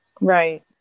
Right